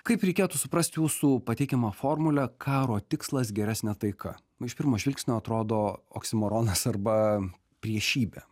kaip reikėtų suprast jūsų pateikiamą formulę karo tikslas gersnė taika nu iš pirmo žvilgsnio atrodo oksimoronas arba priešybė